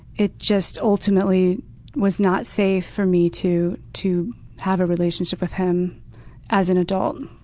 it just ultimately was not safe for me to to have a relationship with him as an adult.